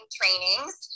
trainings